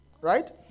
Right